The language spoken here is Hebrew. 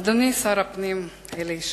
אדוני שר הפנים אלי ישי,